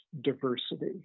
diversity